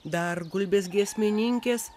dar gulbės giesmininkės